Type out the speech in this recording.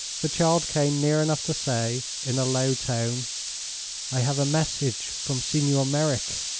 the child came near enough to say, in a low tone i have a message from signor merrick.